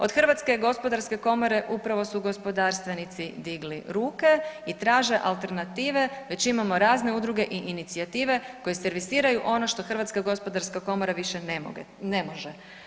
Od Hrvatske gospodarske komore upravo su gospodarstvenici digli ruke i traže alternative, već imamo razne udruge i inicijative koje servisiraju ono što Hrvatska gospodarska komora više ne može.